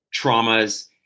traumas